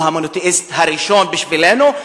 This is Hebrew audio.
הוא המונותיאיסט הראשון בשבילנו,